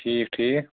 ٹھیٖک ٹھیٖک